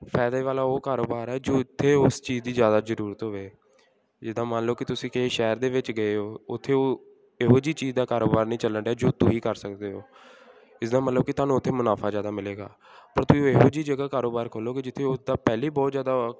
ਫਾਇਦੇ ਵਾਲਾ ਉਹ ਕਾਰੋਬਾਰ ਆ ਜੋ ਇੱਥੇ ਉਸ ਚੀਜ਼ ਦੀ ਜ਼ਿਆਦਾ ਜ਼ਰੂਰਤ ਹੋਵੇ ਜਿੱਦਾਂ ਮੰਨ ਲਓ ਕਿ ਤੁਸੀਂ ਕਿਸੇ ਸ਼ਹਿਰ ਦੇ ਵਿੱਚ ਗਏ ਹੋ ਉੱਥੇ ਉਹ ਇਹੋ ਜਿਹੀ ਚੀਜ਼ ਦਾ ਕਾਰੋਬਾਰ ਨਹੀਂ ਚੱਲਣ ਡਿਆ ਜੋ ਤੁਸੀਂ ਕਰ ਸਕਦੇ ਹੋ ਇਸਦਾ ਮਤਲਬ ਕਿ ਤੁਹਾਨੂੰ ਉੱਥੇ ਮੁਨਾਫ਼ਾ ਜ਼ਿਆਦਾ ਮਿਲੇਗਾ ਪਰ ਤੁਸੀਂ ਇਹੋ ਜਿਹੀ ਜਗ੍ਹਾ ਕਾਰੋਬਾਰ ਖੋਲ੍ਹੋਗੇ ਜਿੱਥੇ ਉਹ ਤਾਂ ਪਹਿਲਾਂ ਬਹੁਤ ਜ਼ਿਆਦਾ